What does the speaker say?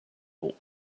will